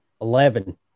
Eleven